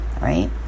right